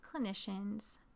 clinicians